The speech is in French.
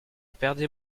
perdais